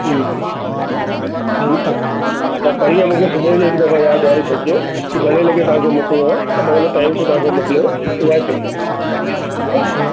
हूं ठीकु आहे त परीहं मूंखे सुबुह जो हिकु दफ़ो यादि ॾियारे छॾिजो की घणे लॻे तव्हांखे मोकिलिणो आहे त मां उन टाइम ते तव्हांखे मोकिले ॿुधाए छॾिदोमाव ठीकु आहे